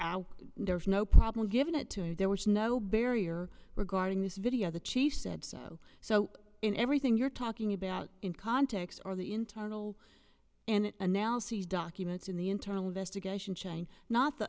and there was no problem giving it to you there was no barrier regarding this video the chief said so so in everything you're talking about in context or the internal and analyses documents in the internal investigation chain not the